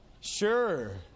sure